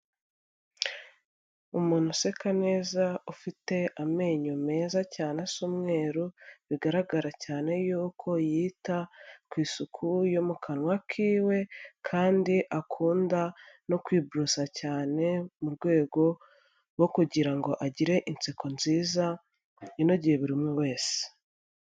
Umuntu useka neza ufite amenyo meza cyane asa umweru, bigaragara cyane yuko yita ku isuku yo mu kanwa kiwe kandi akunda no kwiborosa cyane, mu rwego rwo kugira ngo agire inseko nziza inogeye buri umwe wese.